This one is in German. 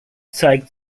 zeigt